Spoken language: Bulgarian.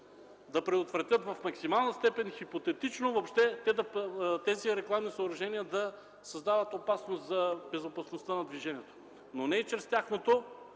да предотвратят в максимална степен хипотетично тези рекламни съоръжения да създават опасност за безопасността на движението, но не и чрез тяхното